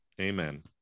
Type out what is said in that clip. amen